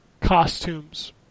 costumes